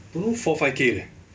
don't know four five K leh